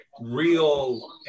real